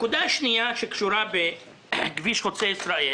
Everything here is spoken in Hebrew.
הנקודה השנייה שקשורה בכביש חוצה ישראל,